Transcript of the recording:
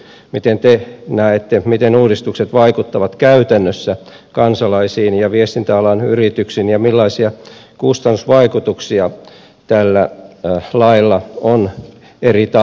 miten te näette miten uudistukset vaikuttavat käytännössä kansalaisiin ja viestintäalan yrityksiin ja millaisia kustannusvaikutuksia tällä lailla on eri tahoille